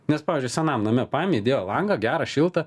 nes pavyzdžiui senam name paėmė įdėjo langą gera šilta